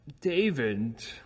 David